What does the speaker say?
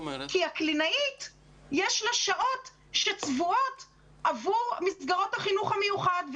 כי לקלינאית יש שעות שצבועות עבור מסגרות החינוך המיוחד.,